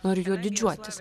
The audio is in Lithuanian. noriu juo didžiuotis